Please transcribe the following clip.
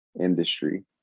industry